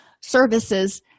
services